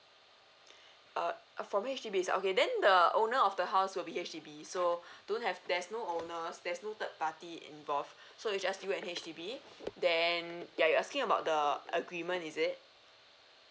err from H_D_B okay then the owner of the house will be H_D_B so don't have there's no owners there's no third party involved so it's just you and H_D_B then yeah you're asking about the agreement is it